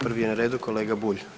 Prvi je na redu kolega Bulj.